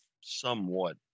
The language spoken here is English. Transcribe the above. somewhat